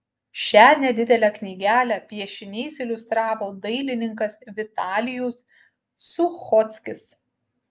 šią nedidelę knygelę piešiniais iliustravo dailininkas vitalijus suchockis